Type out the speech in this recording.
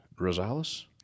Rosales